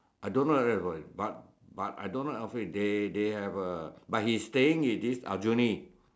I don't know whether got it but but I don't like office they they have a but he staying in this Aljunied